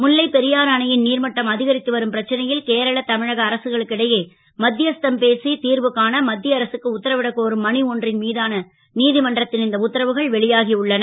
முல்லை பெரியாறு அணை ன் நீர்மட்டம் அ கரித்து வரும் பிரச்சனை ல் கேரள தமிழக அரசுகளுக்கு இடையே மத் யஸ்தம் பேசி திர்வு காண மத் ய அரசுக்கு உத்தரவிடக் கோரும் மனு ஒன்றின் மீது நீ மன்றத் ன் இந்த உத்தரவுகள் வெளியாகி உள்ளன